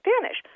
Spanish